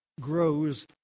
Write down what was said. grows